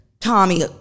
Tommy